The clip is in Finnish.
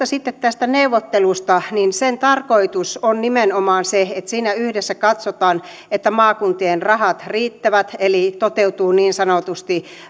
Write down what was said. sitten tästä neuvottelusta sen tarkoitus on nimenomaan se että siinä yhdessä katsotaan että maakuntien rahat riittävät eli toteutuu niin sanotusti